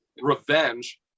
Revenge